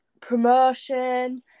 promotion